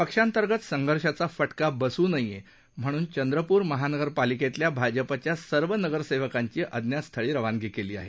पक्षांतर्गत संघर्षाचा फटका बसू नये म्हणून चंद्रपूर महानगरपालिकेतल्या भाजपच्या सर्व नगरसेवकांची अज्ञातस्थळी रवानगी केली आहे